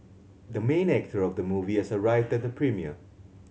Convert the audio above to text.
the main actor of the movie has arrived at the premiere